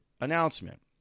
announcement